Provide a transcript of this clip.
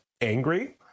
angry